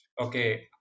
Okay